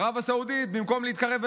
ערב הסעודית, במקום להתקרב אלינו,